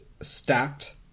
stacked